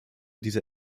diese